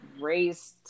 raised